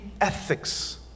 ethics